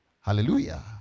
Hallelujah